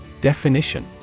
Definition